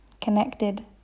connected